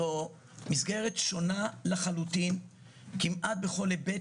זו מסגרת שונה לחלוטין כמעט בכל היבט